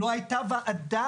לא הייתה ועדה